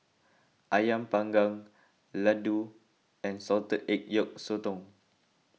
Ayam Panggang Laddu and Salted Egg Yolk Sotong